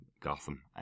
gotham